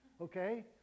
Okay